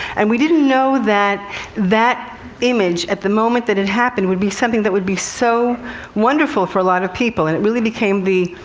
and we didn't know that that image, at the moment that it happened, would be something that would be so wonderful for a lot of people. and it really became the